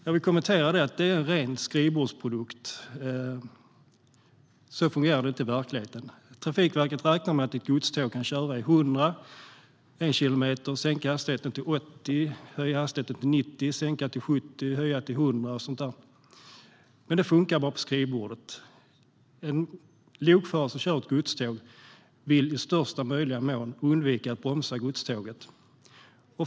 Jag vill kommentera att det är en ren skrivbordsprodukt. Så fungerar det inte i verkligheten. Trafikverket räknar med att ett godståg kan köra i 100 kilometer per timme i en kilometer, sänka hastigheten till 80, höja hastigheten till 90, sänka den till 70, höja till 100 och så vidare. Det funkar bara på skrivbordet. En lokförare som kör ett godståg vill i största möjliga mån undvika att bromsa godståget.